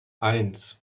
eins